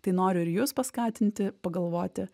tai noriu ir jus paskatinti pagalvoti